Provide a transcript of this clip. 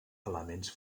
elements